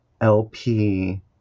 LP